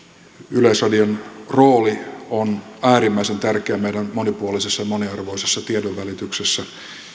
yleisradion rooli on äärimmäisen tärkeä meidän monipuolisessa moniarvoisessa tiedonvälityksessämme